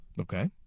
Okay